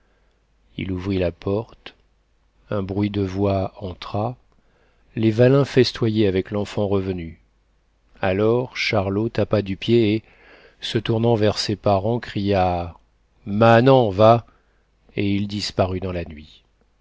il ouvrit la porte un bruit de voix entra les vallin festoyaient avec l'enfant revenu alors charlot tapa du pied et se tournant vers ses parents cria manants va et il disparut dans la nuit